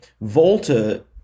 Volta